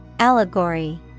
allegory